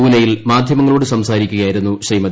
പൂനെയിൽ മാധൃമങ്ങളോട് സംസാരിക്കുകയായിരുന്നു ശ്രീമതി